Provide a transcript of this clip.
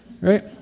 Right